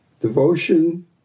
Devotion